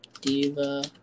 Diva